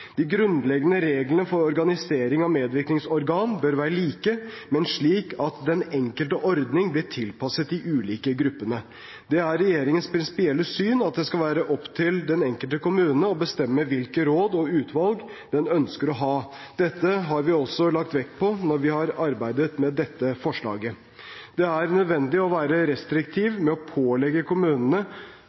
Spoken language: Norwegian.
De grunnleggende reglene for organisering av medvirkningsorganer bør være like, men slik at den enkelte ordning blir tilpasset de ulike gruppene. Det er regjeringens prinsipielle syn at det skal være opp til den enkelte kommune å bestemme hvilke råd og utvalg den ønsker å ha. Dette har vi også lagt vekt på når vi har arbeidet med dette forslaget. Det er nødvendig å være restriktiv med å pålegge kommunene